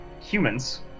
humans